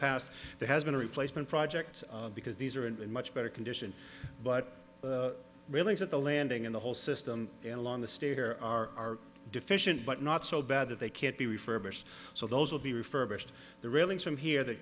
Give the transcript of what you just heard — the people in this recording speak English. past there has been a replacement project because these are in much better condition but really it's at the landing in the whole system and on the stair are deficient but not so bad that they can't be refurbished so those will be refurbished the railings from here t